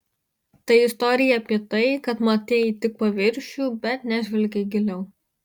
tai istorija apie tai kad matei tik paviršių bet nežvelgei giliau